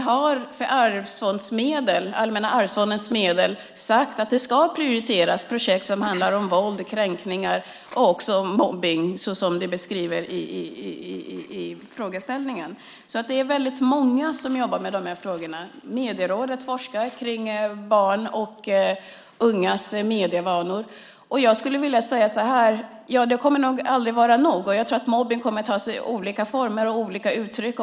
För Allmänna arvsfondens medel har vi sagt att man ska prioritera projekt som handlar om våld, kränkningar och också om mobbning som det beskrivs i frågeställningen. Det är väldigt många som jobbar med de här frågorna. Medierådet forskar kring barns och ungas medievanor. Jag skulle vilja säga så här: Det kommer aldrig att vara nog. Jag tror att mobbning kommer att ta sig olika former och olika uttryck.